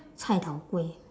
cai tao kway